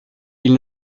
ils